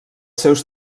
seus